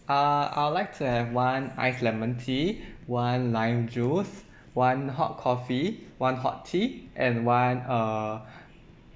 err I will like to have one ice lemon tea one lime juice one hot coffee one hot tea and one err